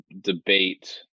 debate